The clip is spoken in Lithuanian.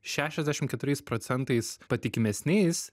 šešiasdešimt keturiais procentais patikimesniais